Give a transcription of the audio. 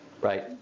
Right